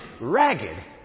ragged